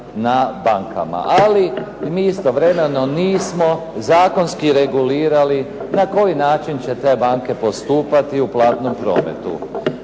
na bankama, ali mi istovremeno nismo zakonski regulirali na koji način će te banke postupati u platnom prometu.